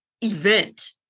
event